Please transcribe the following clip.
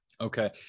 okay